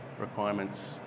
requirements